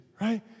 right